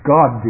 God